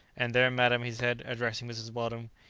and there, madam, he said, addressing mrs. weldon,